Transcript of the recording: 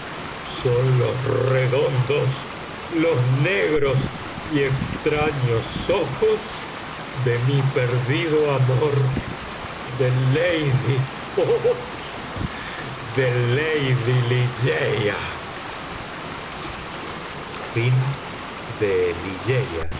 son los redondos los negros y extraños ojos de mi perdido amor de lady oh de lady ligeia la máscara de